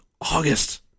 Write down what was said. August